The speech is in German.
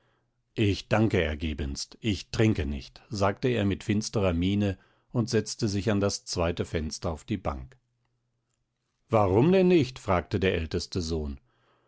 ich danke ergebenst ich trinke nicht sagte er mit finsterer miene und setzte sich an das zweite fenster auf die bank warum denn nicht fragte der älteste sohn